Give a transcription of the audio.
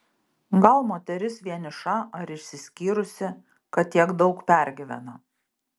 gal moteris vieniša ar išsiskyrusi kad tiek daug pergyvena